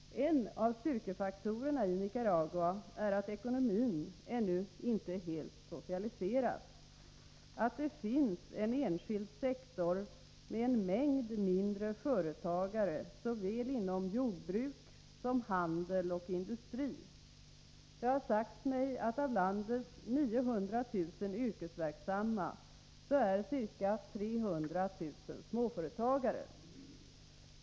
En av styrkefaktorerna i Nicaragua är att ekonomin ännu inte helt socialiserats. Det finns en enskild sektor med en mängd mindre företagare inom såväl jordbruk som handel och industri. Det har sagts mig att av landets 900 000 yrkesverksamma är ca 300 000 småföretagare.